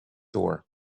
door